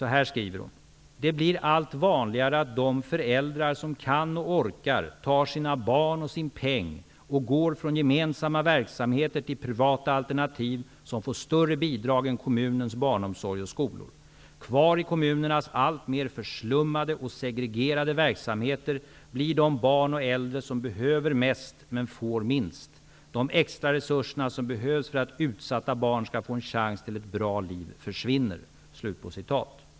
Hon skriver: ''Det blir allt vanligare att de föräldrar som kan och orkar tar sina barn och sin peng och går från gemensamma verksamheter till privata alternativ som får större bidrag än kommunens barnomsorg och skolor. Kvar i kommunernas allt mer förslummade och segregerade verksamheter blir de barn och äldre, som behöver mest, men får minst. De extra resurserna som behövs för att utsatta barn skall få en chans till ett bra liv försvinner.''